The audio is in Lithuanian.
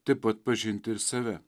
taip pat pažinti ir save